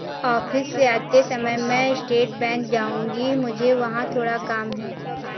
office से आते समय मैं स्टेट बैंक जाऊँगी, मुझे वहाँ थोड़ा काम है